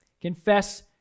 Confess